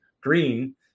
green